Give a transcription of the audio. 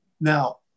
Now